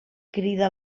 crida